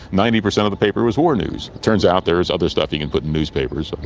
ninety percent of the paper was war news. it turns out there is other stuff you can put in newspapers,